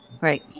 Right